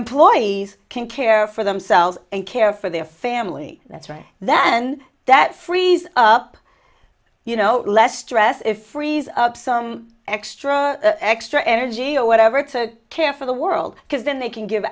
employees can care for themselves and care for their family that's right then that frees up you know less stress if frees up some extra extra energy or whatever to care for the world because then they can give